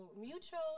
mutual